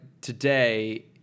today